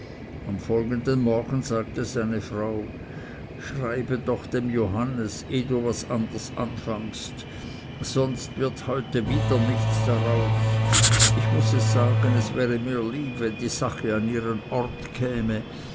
am folgenden morgen sagte seine frau schreibe doch dem johannes ehe du was anders anfangst sonst wird heute wieder nichts daraus ich muß es sagen es wäre mir lieb wenn die sache an ihren ort käme